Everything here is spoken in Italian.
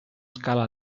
scala